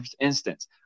instance